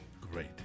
Great